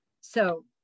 So-